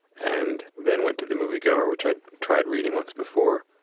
and then went to the moviegoer, which i'd tried reading once before.